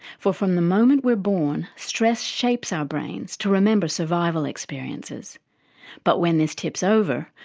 for, from the moment we're born, stress shapes our brains to remember survival experiences but when this tips over,